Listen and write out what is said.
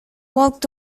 walked